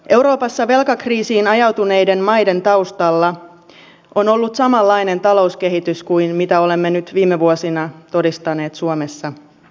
euroopassa velkakriisiin ajautuneiden maiden taustalla on ollut samanlainen talouskehitys kuin mitä olemme nyt viime vuosina todistaneet suomessa